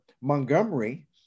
Montgomery